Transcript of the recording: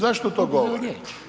Zašto to govorim?